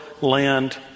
land